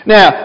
Now